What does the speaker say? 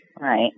Right